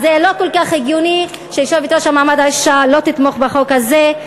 אז לא כל כך הגיוני שיושבת-ראש הוועדה למעמד האישה לא תתמוך בחוק הזה.